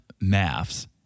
maths